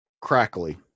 crackly